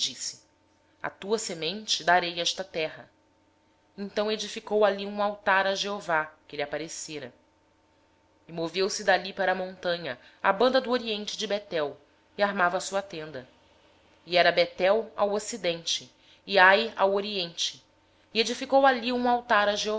disse tua semente darei esta terra abrão pois edificou ali um altar ao senhor que lhe aparecera então passou dali para o monte ao oriente de betel e armou a sua tenda ficando lhe betel ao ocidente e ai ao oriente também ali edificou um altar